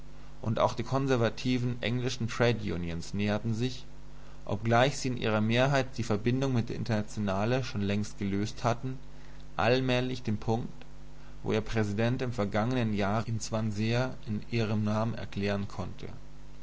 und auch die konservativen englischen trade unions näherten sich obgleich sie in ihrer mehrheit die verbindung mit der internationale schon längst gelöst hatten allmählich dem punkt wo ihr präsident im vergangenen jahre in swansea in ihrem namen erklären konnte